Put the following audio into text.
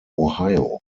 ohio